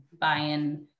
buy-in